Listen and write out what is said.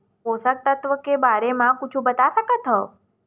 पोषक तत्व के बारे मा कुछु बता सकत हवय?